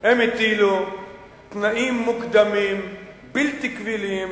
הם הטילו תנאים מוקדמים בלתי קבילים,